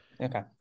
Okay